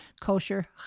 Kosher